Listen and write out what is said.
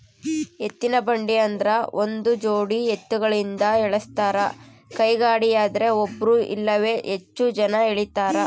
ಎತ್ತಿನಬಂಡಿ ಆದ್ರ ಒಂದುಜೋಡಿ ಎತ್ತುಗಳಿಂದ ಎಳಸ್ತಾರ ಕೈಗಾಡಿಯದ್ರೆ ಒಬ್ರು ಇಲ್ಲವೇ ಹೆಚ್ಚು ಜನ ಎಳೀತಾರ